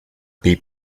πει